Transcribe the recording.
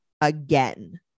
again